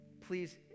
Please